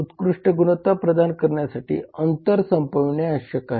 उत्कृष्ट गुणवत्ता प्रदान करण्यासाठी अंतर संपवने आवश्यक आहे